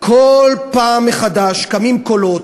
כל פעם מחדש קמים קולות,